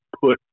put